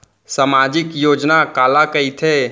सामाजिक योजना काला कहिथे?